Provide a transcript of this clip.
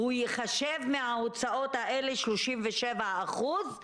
האם הוא ייחשב מההוצאות האלה, 37%?